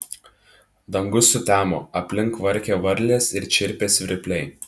dangus sutemo aplink kvarkė varlės ir čirpė svirpliai